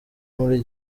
muri